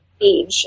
age